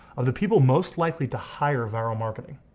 are the people most likely to hire vyral marketing.